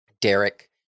Derek